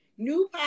New